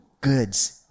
goods